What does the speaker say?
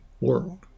world